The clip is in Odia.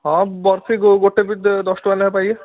ହଁ ବରଫି ଗୋଟେକୁ ଦଶ ଟଙ୍କା ଲେଖା ପାଇବେ